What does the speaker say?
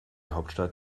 hauptstadt